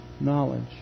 knowledge